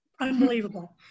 unbelievable